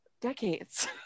decades